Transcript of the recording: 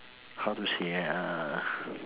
how to say ah